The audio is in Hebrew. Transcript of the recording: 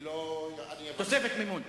תוספת מימון.